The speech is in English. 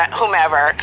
whomever